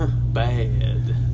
bad